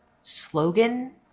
slogan